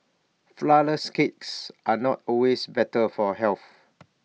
Flourless Cakes are not always better for health